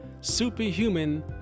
superhuman